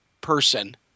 person